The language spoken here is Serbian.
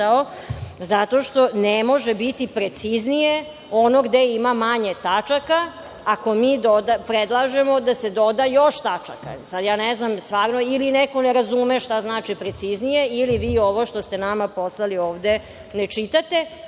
zato što ne može biti preciznije ono gde ima manje tačaka, ako mi predlažemo da se doda još tačaka? Ili neko ne razume šta znači preciznije, ili vi ovo što ste nama poslali ovde ne čitate?